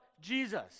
Jesus